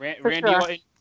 Randy